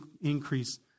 increase